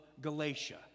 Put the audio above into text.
Galatia